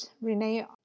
Renee